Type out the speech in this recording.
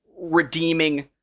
redeeming